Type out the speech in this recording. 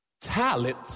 Talent